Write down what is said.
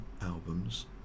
albums